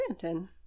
Brandon